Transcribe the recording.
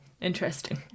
Interesting